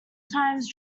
times